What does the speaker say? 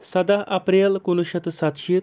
سَداہ اپریل کُنوُہ شٮ۪تھ تہٕ سَتہٕ شیٖتھ